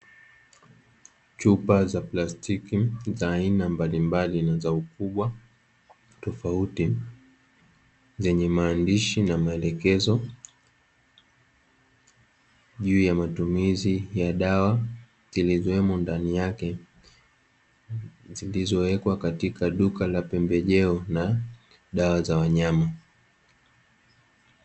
Chupa za plastiki za aina mbalimbali na za ukubwa tofauti, zenye maandishi na maelekezo juu ya matumizi ya dawa zilizomo ndani yake, zilizowekwa katika duka la pembejeo na dawa za wanyama.